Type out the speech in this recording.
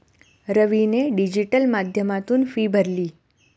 रवीने डिजिटल माध्यमातून फी भरली